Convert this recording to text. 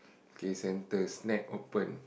okay center shack open